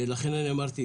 לכן אני אמרתי,